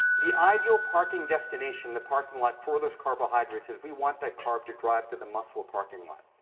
the ideal parking destination, the parking lot for those carbohydrates, is we want that car to drive to the muscle parking lot.